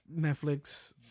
Netflix